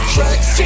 Tracks